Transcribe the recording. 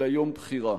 אלא יום בחירה.